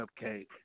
cupcake